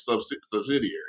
subsidiary